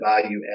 value